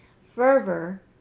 Fervor